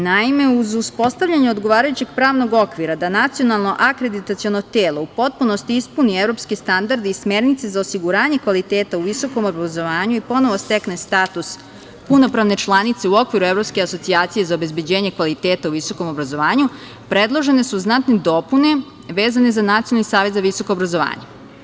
Naime, uz uspostavljanje odgovarajućeg pravnog okvira da Nacionalno akreditaciono telo u potpunosti ispuni evropske standarde i smernice za osiguranje kvaliteta u visokom obrazovanju i ponovo stekne status punopravne članice u okviru Evropske asocijacije za obezbeđenje kvaliteta u visokom obrazovanju, predložene su znatne dopune vezane za Nacionalni savet za visoko obrazovanje.